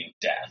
death